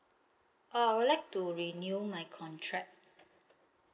uh I would like to renew my contract